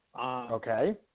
Okay